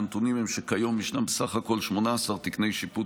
הנתונים הם שכיום ישנם בסך הכול 18 תקני שיפוט